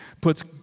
puts